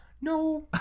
No